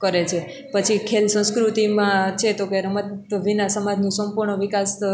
કરે છે પછી ખેલ સંસ્કૃતિમાં છે તો કે રમત વિના સમાજનું સંપૂર્ણ વિકાસ